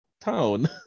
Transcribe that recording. town